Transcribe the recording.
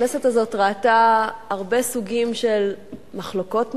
הכנסת הזאת ראתה הרבה סוגים של מחלוקות פנימיות,